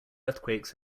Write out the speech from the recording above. earthquakes